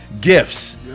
gifts